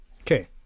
okay